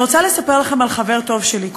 אני רוצה לספר לכם על חבר טוב שלי,